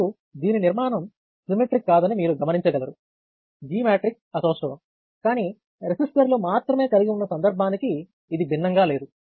మరియు దీని నిర్మాణం సిమెట్రిక్ కాదని మీరు గమనించగలరు G మ్యాట్రిక్స్ అసౌష్టవం కానీ రెసిస్టర్లు మాత్రమే కలిగి ఉన్న సందర్భానికి ఇది భిన్నంగా లేదు